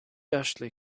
ashley